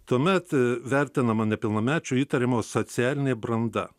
tuomet vertinama nepilnamečio įtariamo socialinė branda